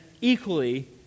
equally